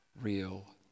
real